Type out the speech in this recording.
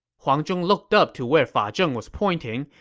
huang zhong looked up to where fa zheng was pointing,